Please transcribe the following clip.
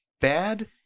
bad